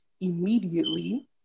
immediately